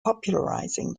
popularizing